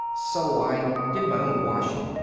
so i did my own washing.